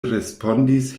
respondis